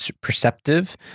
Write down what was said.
perceptive